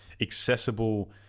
accessible